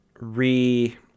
re